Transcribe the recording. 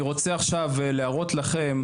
אני רוצה עכשיו להראות לכם,